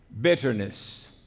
Bitterness